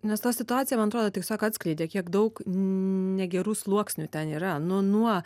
nes ta situacija man atrodo tiesiog atskleidė kiek daug negerų sluoksnių ten yra nu nuo